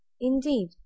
Indeed